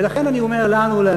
ולכן אני אומר לנו,